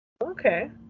Okay